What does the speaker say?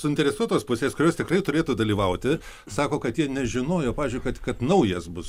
suinteresuotos pusės kurios tikrai turėtų dalyvauti sako kad jie nežinojo pavyzdžiui kad kad naujas bus